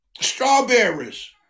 strawberries